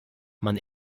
man